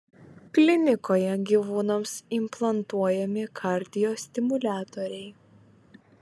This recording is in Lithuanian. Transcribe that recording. klinikoje gyvūnams implantuojami kardiostimuliatoriai